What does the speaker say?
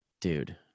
dude